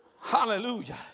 Hallelujah